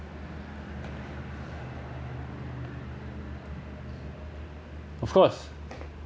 of course